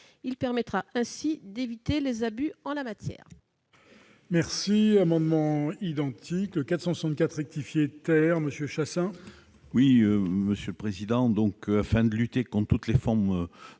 il permettrait d'éviter les abus en la matière.